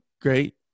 great